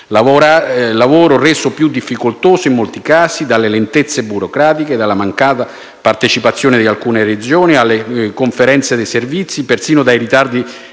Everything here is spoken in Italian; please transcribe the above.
Un lavoro reso più difficoltoso, in molti casi, dalle lentezze burocratiche, dalla mancata partecipazione di alcune Regioni alle conferenze dei servizi, e perfino dai ritardi